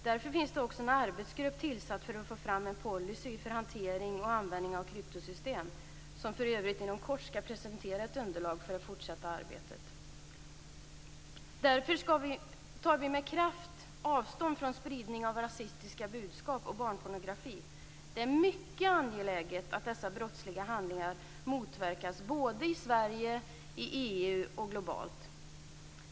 Därför finns det en arbetsgrupp tillsatt för att få fram en policy för hantering och användning av kryptosystem, som för övrigt inom kort skall presentera ett underlag för det fortsatta arbetet. Därför tar vi med kraft avstånd från spridning av rasistiska budskap och barnpornografi. Det är mycket angeläget att dessa brottsliga handlingar motverkas både i Sverige, i EU och globalt.